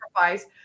sacrifice